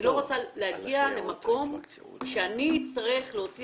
אני לא רוצה להגיע למקום שאני אצטרך להוציא